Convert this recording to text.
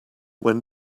when